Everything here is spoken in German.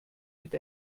mit